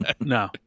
No